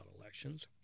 elections